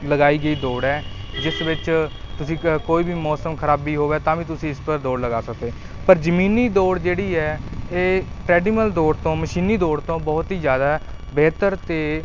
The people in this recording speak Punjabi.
ਲਗਾਈ ਗਈ ਦੌੜ ਹੈ ਜਿਸ ਵਿੱਚ ਤੁਸੀਂ ਕ ਕੋਈ ਵੀ ਮੌਸਮ ਖਰਾਬੀ ਹੋਵੇ ਤਾਂ ਵੀ ਤੁਸੀਂ ਇਸ ਉੱਪਰ ਦੌੜ ਲਗਾ ਸਕਦੇ ਹੋ ਪਰ ਜ਼ਮੀਨੀ ਦੌੜ ਜਿਹੜੀ ਹੈ ਇਹ ਟਰੈਡੀਮਲ ਦੌੜ ਤੋਂ ਮਸ਼ੀਨੀ ਦੌੜ ਤੋਂ ਬਹੁਤ ਹੀ ਜ਼ਿਆਦਾ ਬਿਹਤਰ ਅਤੇ